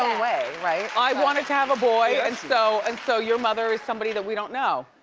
way, right? i wanted to have a boy, and so and so your mother is somebody that we don't know.